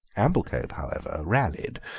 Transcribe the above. amblecope, however, rallied,